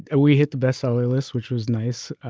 and we hit the bestseller list which was nice.